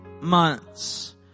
months